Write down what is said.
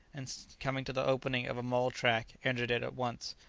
and coming to the opening of a mole-track entered it at once.